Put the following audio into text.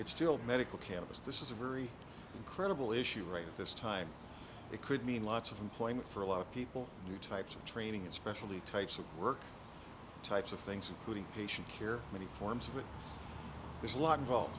it's still medical cannabis this is a very credible issue right this time it could mean lots of employment for a lot of people new types of training especially types of work types of things including patient care many forms but there's a lot involved